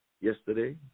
Yesterday